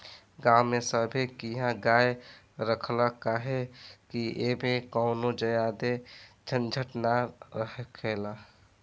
गांव में सभे किहा गाय रखाला काहे कि ऐमें कवनो ज्यादे झंझट ना हखेला